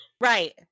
Right